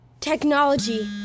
Technology